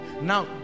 now